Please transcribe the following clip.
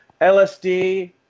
LSD